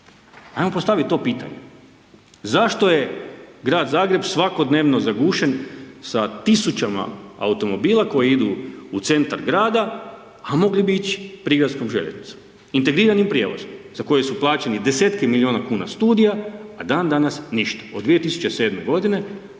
Ajmo postaviti to pitanje zašto je grad Zagreb svakodnevno zagušen sa tisućama automobila koji idu u centar grada a mogli bi ići prigradskom željeznicom, integriranim prijevozom za koje su plaćeni deseci milijuna kuna studija a dan danas ništa, od 2007. godine